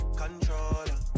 controller